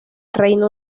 reino